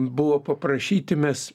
buvo paprašyti mes